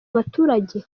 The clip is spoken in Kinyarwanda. abaturage